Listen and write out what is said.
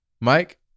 Mike